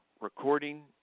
recording